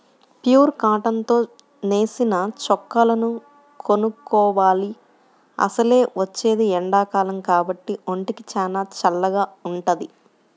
pure cotton తో నేసిన చొక్కాలను కొనుక్కోవాలి, అసలే వచ్చేది ఎండాకాలం కాబట్టి ఒంటికి చానా చల్లగా వుంటది